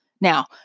Now